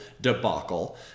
debacle